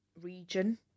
region